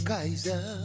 Kaiser